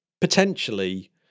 potentially